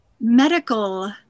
medical